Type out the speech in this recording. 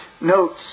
notes